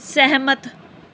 ਸਹਿਮਤ